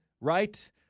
right